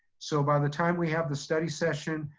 so by the time we have the study session,